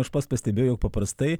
aš pats pastebėjau paprastai